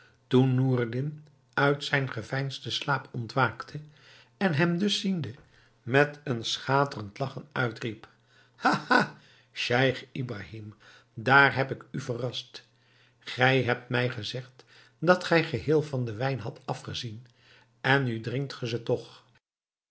toen noureddin uit zijn geveinsden slaap ontwaakte en hem dus ziende met een schaterend lagchen uitriep ha ha scheich ibrahim daar heb ik u verrast gij hebt mij gezegd dat gij geheel van den wijn hadt afgezien en nu drinkt gij ze toch